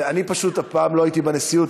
ואני פשוט אף פעם לא הייתי בנשיאות,